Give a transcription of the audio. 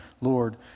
Lord